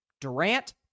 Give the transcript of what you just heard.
Durant